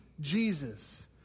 Jesus